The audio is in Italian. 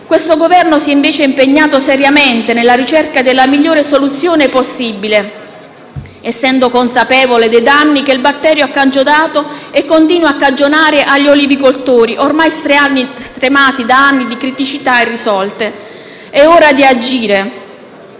Questo Governo si è invece impegnato seriamente nella ricerca della migliore soluzione possibile, essendo consapevole dei danni che il batterio ha cagionato e continua a cagionare agli olivicoltori, ormai stremati da anni di criticità irrisolte. È ora di agire